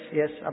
yes